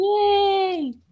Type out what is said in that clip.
yay